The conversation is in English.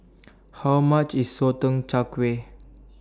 How much IS Sotong Char Kway